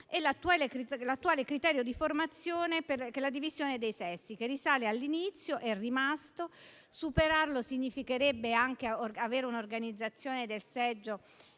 e l'attuale criterio di formazione che è la divisione dei sessi, che risale all'inizio e che è rimasto. Superarlo significherebbe anche avere un'organizzazione del seggio